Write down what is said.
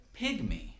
Pygmy